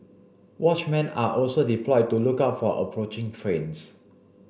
watchmen are also deployed to look out for approaching trains